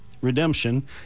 redemption